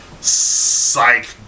psych